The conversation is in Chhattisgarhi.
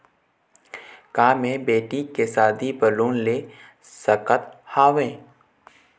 का मैं बेटी के शादी बर लोन ले सकत हावे?